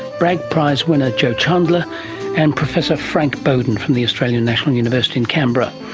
bragg prize-winner jo chandler and professor frank bowden from the australian national university in canberra.